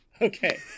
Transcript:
Okay